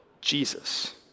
Jesus